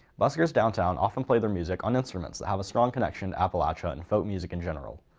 buskers downtown often play their music on instruments that have a strong connection to appalachia and folk music in general.